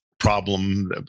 problem